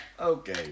Okay